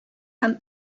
һәм